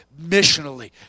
missionally